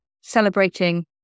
celebrating